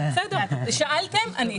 שאלתם עניתי.